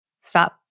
Stop